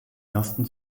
ersten